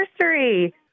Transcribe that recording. anniversary